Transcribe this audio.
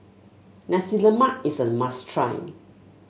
Nasi Lemak is a must try